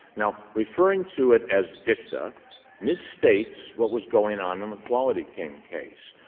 now, referring to it as dicta misstates what was going on, on the quality king case.